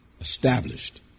established